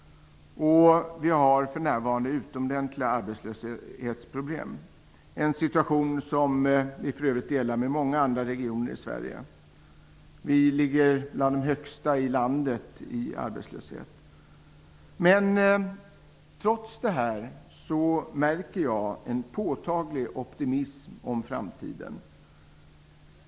Vi har för närvarande utomordentligt stora arbetslöshetsproblem, en situation som vi för övrigt delar med många andra regioner i Sverige. Vi har bland de högsta arbetslöshetstalen i landet. Trots det märker jag en påtaglig optimism inför framtiden.